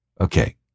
Okay